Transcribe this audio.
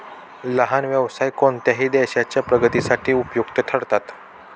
लहान व्यवसाय कोणत्याही देशाच्या प्रगतीसाठी उपयुक्त ठरतात